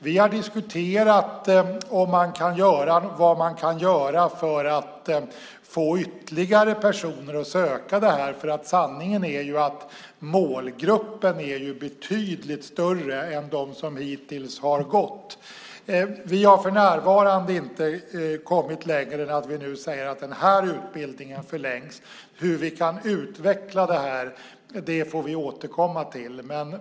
Vi har diskuterat vad man kan göra för att få ytterligare personer att söka detta. Sanningen är ju att målgruppen är betydligt större än de som hittills har gått. Vi har för närvarande inte kommit längre än att vi nu säger att den här utbildningen förlängs. Hur vi kan utveckla detta får vi återkomma till.